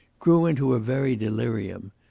grew into a very delirium.